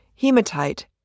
hematite